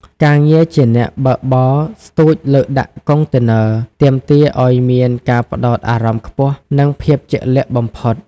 ការងារជាអ្នកបើកបរស្ទូចលើកដាក់កុងតឺន័រ ទាមទារឱ្យមានការផ្ដោតអារម្មណ៍ខ្ពស់ និងភាពជាក់លាក់បំផុត។